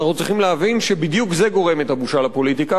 אנחנו צריכים להבין שבדיוק זה גורם את הבושה לפוליטיקה,